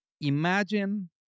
imagine